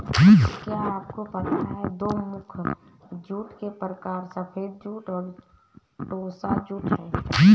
क्या आपको पता है दो मुख्य जूट के प्रकार सफ़ेद जूट और टोसा जूट है